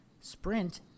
Sprint